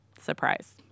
Surprise